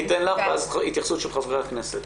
אתן לך להתייחס ואז נשמע התייחסות של חברי הכנסת.